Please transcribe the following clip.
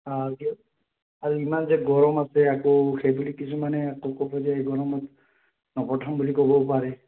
আৰু ইমান যে গৰম আছে আকৌ সেইবুলি কিছুমানে আকৌ ক'ব যে এই গৰমত নপঠাও বুলি ক'ব পাৰে